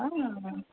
હા